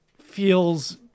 feels